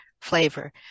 flavor